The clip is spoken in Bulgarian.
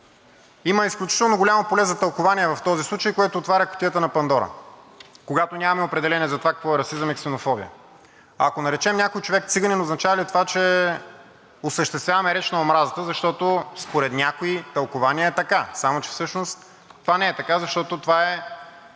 има изключително голямо поле за тълкувания в този случай, което отваря кутията на Пандора, когато нямаме определение за това какво е расизъм и ксенофобия. Ако наречем някой човек циганин, означава ли това, че осъществяваме реч на омразата? Защото според някои тълкувания е така. Само че всъщност това не е така, защото това е